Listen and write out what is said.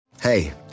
Hey